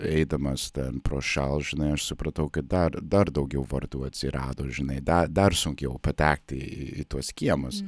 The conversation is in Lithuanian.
eidamas ten prošal žinai aš supratau kad dar dar daugiau vartų atsirado žinai dar dar sunkiau patekti į į tuos kiemus